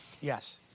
Yes